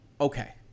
Okay